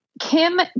Kim